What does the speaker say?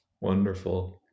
Wonderful